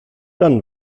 dann